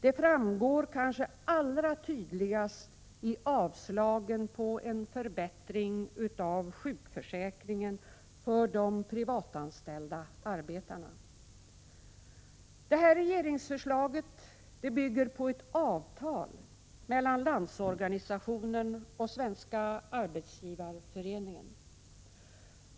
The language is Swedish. Det framgår kanske allra tydligast i avstyrkandena av en förbättring av sjukförsäkringen för de privatanställda arbetarna. Regeringsförslaget bygger på ett avtal mellan Landsorganisationen och Svenska arbetsgivareföreningen.